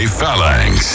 Phalanx